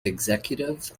executive